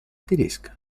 tedesca